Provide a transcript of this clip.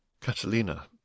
Catalina